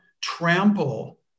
trample